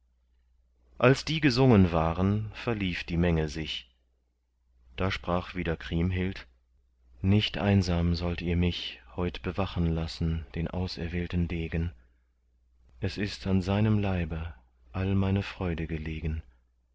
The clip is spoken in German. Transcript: als die gesungen waren verlief die menge sich da sprach wieder kriemhild nicht einsam sollt ihr mich heut bewachen lassen den auserwählten degen es ist an seinem leibe all meine freude gelegen